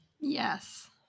Yes